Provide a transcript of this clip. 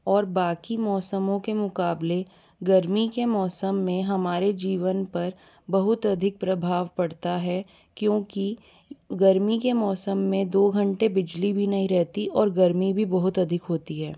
और बाकी मौसमों के मुकाबले गर्मी के मौसम में हमारे जीवन पर बहुत अधिक प्रभाव पड़ता है क्योंकि गर्मी के मौसम मे दो घंटे बिजली भी नहीं रहती और गर्मी भी बहुत अधिक होती है